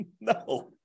No